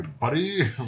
buddy